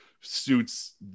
suits